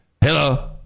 hello